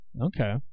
Okay